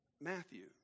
Matthew